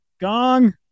Gong